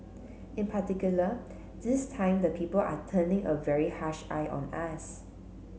in particular this time the people are turning a very harsh eye on us